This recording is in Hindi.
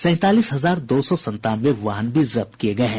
सैंतालीस हजार दो सौ संतानवे वाहन भी जब्त किये गये हैं